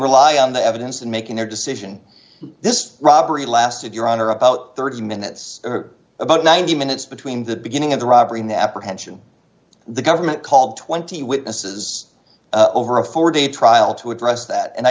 rely on the evidence and making their decision this robbery lasted your honor about thirty minutes or about ninety minutes between the beginning of the robbery and the apprehension the government called twenty witnesses over a four day trial to address that and i